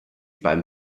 beim